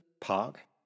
Park